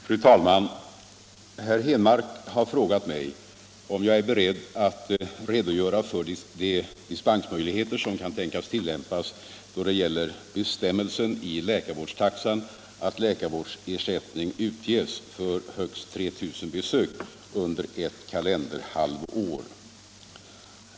Fru talman! Herr Henmark har frågat mig om jag är beredd att redogöra för de dispensmöjligheter som kan tänkas tillämpas då det gäller bestämmelsen i läkarvårdstaxan att läkarvårdsersättning utges för högst 3 000 besök under ett kalenderhalvår.